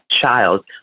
child